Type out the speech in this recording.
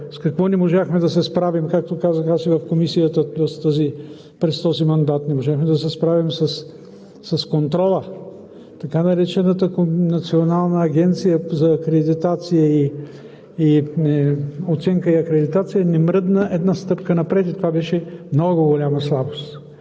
С какво не можахме да се справим, както казах и в Комисията, през този мандат? Не можахме да се справим с контрола. Така наречената Национална агенция за оценка и акредитация не мръдна една стъпка напред. Това беше много голяма слабост.